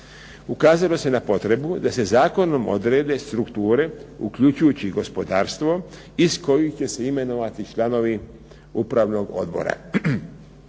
Ukazalo se na potrebu da se zakonom odrede strukture uključujući i gospodarstvo iz kojih će se imenovati članovi upravnog odbora.